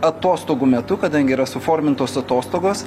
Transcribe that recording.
atostogų metu kadangi yra suformintos atostogos